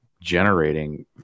generating